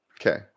Okay